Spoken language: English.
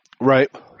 Right